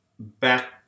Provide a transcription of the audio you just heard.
back